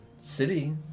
city